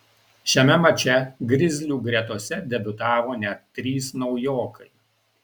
šiame mače grizlių gretose debiutavo net trys naujokai